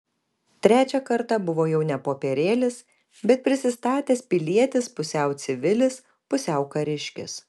trečią kartą buvo jau ne popierėlis bet prisistatęs pilietis pusiau civilis pusiau kariškis